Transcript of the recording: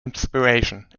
inspiration